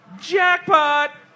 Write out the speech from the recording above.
Jackpot